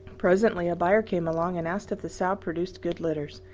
presently a buyer came along and asked if the sow produced good litters.